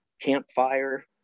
campfire